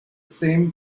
same